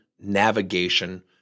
navigation